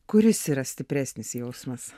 kuris yra stipresnis jausmas